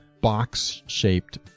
box-shaped